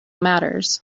matters